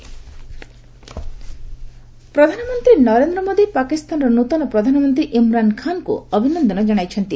PM Pak PM ପ୍ରଧାନମନ୍ତ୍ରୀ ନରେନ୍ଦ୍ର ମୋଦି ପାକିସ୍ତାନର ନୃତନ ପ୍ରଧାନମନ୍ତ୍ରୀ ଇମ୍ରାନ ଖାନ୍ଙ୍କୁ ଅଭିନନ୍ଦନ ଜଣାଇଛନ୍ତି